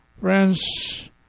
Friends